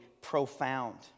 profound